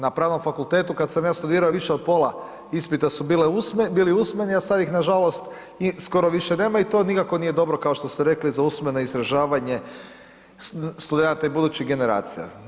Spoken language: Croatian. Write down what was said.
Na Pravnom fakultetu kad sam ja studirao, više od pola ispita su bil usmeni a sad ih nažalost skoro više nema i to nikako nije dobro kao što rekli za usmeno izražavanje studenata i budućih generacija.